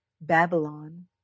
Babylon